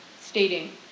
stating